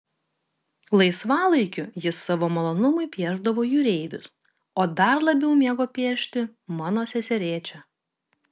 laisvalaikiu jis savo malonumui piešdavo jūreivius o dar labiau mėgo piešti mano seserėčią